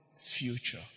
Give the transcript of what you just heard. future